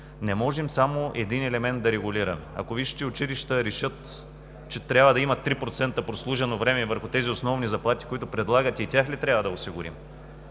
Не можем само един елемент да регулираме. Ако висшите училища решат, че трябва да има 3% прослужено време върху тези основни заплати, които предлагате, и тях ли трябва да осигурим?